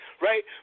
Right